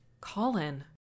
Colin